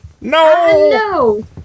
no